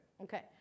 Okay